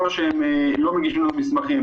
או שהם לא מגישים את המסמכים,